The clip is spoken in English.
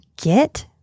get